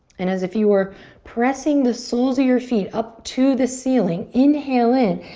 and as if you were pressing the soles of your feet up to the ceiling, inhale in,